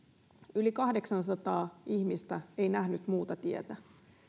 yli kahdeksansataa ihmistä ei nähnyt muuta tietä